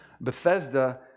Bethesda